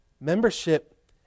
Membership